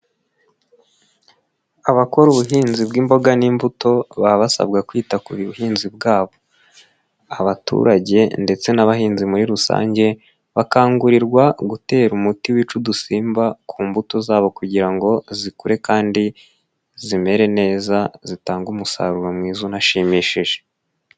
Abakora ubuhinzi bw'imboga n'imbuto baba basabwa kwita ku buhinzi bwabo, abaturage ndetse n'abahinzi muri rusange bakangurirwa gutera umuti wica udusimba ku mbuto zabo kugira ngo zikure kandi zimere neza zitange umusaruro mwiza unashimishije.